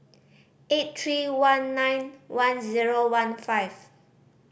eight three one nine one zero one five